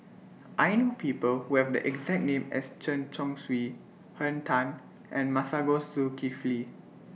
I know People Who Have The exact name as Chen Chong Swee Henn Tan and Masagos Zulkifli